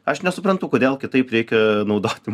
aš nesuprantu kodėl kitaip reikia naudoti